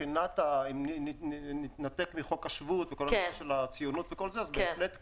אם נתנתק מחוק השבות, בהחלט כן.